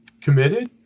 committed